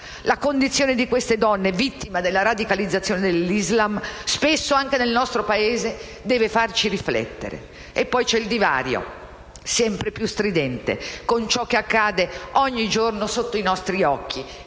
La condizione di queste donne, vittime della radicalizzazione dell'Islam, spesso anche nel nostro Paese, deve farci riflettere. C'è poi il divario, sempre più stridente, con ciò che accade ogni giorno sotto i nostri occhi,